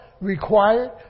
Required